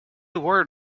were